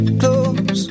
close